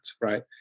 Right